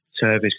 service